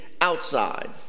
outside